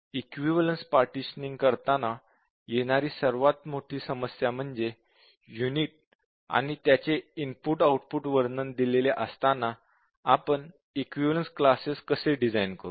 equivalence partitioning करताना येणारी सर्वात कठीण समस्या म्हणजे युनिट आणि त्याचे इनपुट आउटपुट वर्णन दिलेले असताना आपण इक्विवलेन्स क्लासेस कसे डिझाइन करू